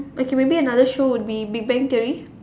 okay maybe another show would be big bang theory